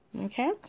Okay